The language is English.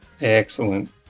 Excellent